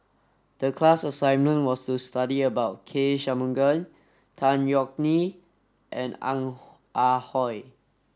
the class assignment was to study about K Shanmugam Tan Yeok Nee and Ong Ah Hoi